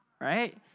right